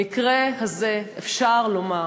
במקרה הזה אפשר לומר,